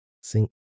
sink